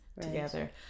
together